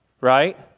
right